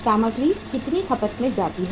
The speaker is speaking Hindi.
सामग्री कितनी खपत की जाती है